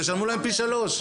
תשלמו להם פי שלושה.